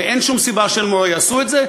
ואין שום סיבה שהם לא יעשו את זה.